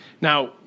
Now